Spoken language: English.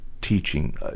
teaching